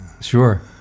Sure